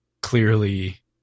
clearly